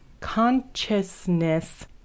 Consciousness